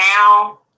now